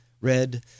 red